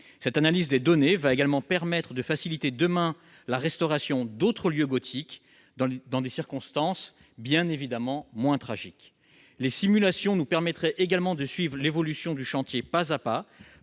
Cette analyse des données va également permettre de faciliter demain la restauration d'autres lieux gothiques, dans des circonstances bien évidemment moins tragiques. Les simulations donneront aussi l'occasion de suivre l'évolution du chantier pas à pas.